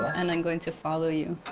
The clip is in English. and i'm going to follow you.